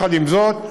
עם זאת,